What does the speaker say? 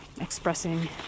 expressing